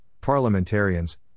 parliamentarians